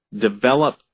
develop